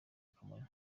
kamonyi